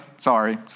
Sorry